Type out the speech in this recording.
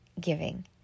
giving